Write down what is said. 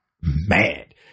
mad